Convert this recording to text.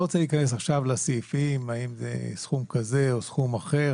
אני לא רוצה להיכנס עכשיו לסעיפים האם זה סכום כזה או סכום אחר,